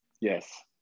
Yes